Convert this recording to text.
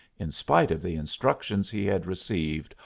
in spite of the instructions he had received,